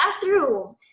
bathroom